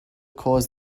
caused